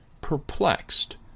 perplexed